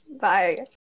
Bye